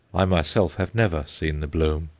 i myself have never seen the bloom.